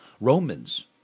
Romans